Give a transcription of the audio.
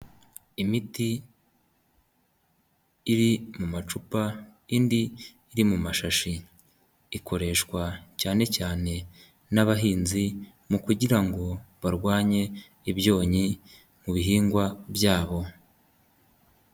Imiti iri mu macupa indi iri mu mashashi, ikoreshwa cyane cyane n'abahinzi mu kugira ngo barwanye ibyonnyi mu bihingwa byabo.